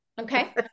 Okay